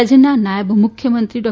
રાજ્યના નાયબ મુખ્યંત્રી ડૉ